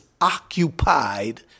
occupied